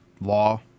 Law